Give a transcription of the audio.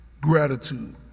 gratitude